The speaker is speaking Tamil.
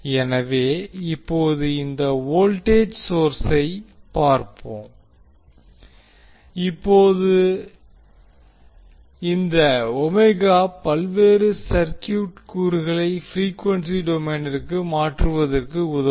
எனவே இப்போது இந்த வோல்டேஜ் சோர்ஸை பார்ப்போம் இப்போது இந்த பல்வேறு சர்க்யூட் கூறுகளை ப்ரீக்வென்சி டொமைனிற்கு மாற்றுவதற்கு உதவும்